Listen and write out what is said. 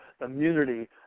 immunity